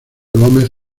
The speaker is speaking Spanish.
gómez